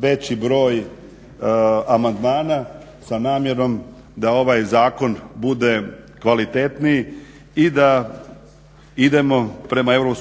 veći broj amandmana s namjerom da ovaj zakon bude kvalitetniji i da idemo prema EU